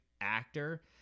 actor